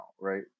Right